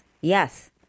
Yes